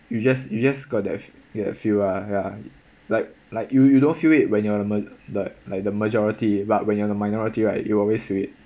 you just you just got that f~ that feel ah ya like like you you don't feel it when you're the ma~ like like the majority but when you're the minority right you always feel it